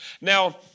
Now